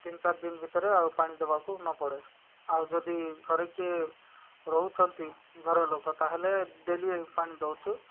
ତିନି ଚାରି ଦିନ ଭିତରେ ଆଉ ପାଣି ଦେବାକୁ ନପଡ଼େ ଆଉ ଯଦି ଘରେ କିଏ ରହୁଛନ୍ତି ଘର ଲୋକ ତାହେଲେ ଡେଲି ପାଣି ଦଉଛୁ